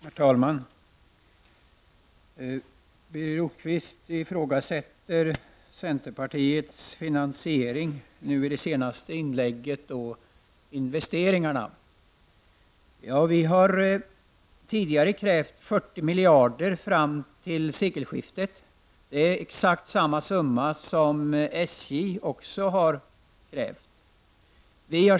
Herr talman! I sitt senaste inlägg ifrågasatte Birger Rosqvist centerpartiets förslag till finansiering av investeringarna. Vi har tidigare krävt 40 miljarder fram till sekelskiftet. Det är exakt samma belopp som SJ har krävt.